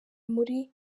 muri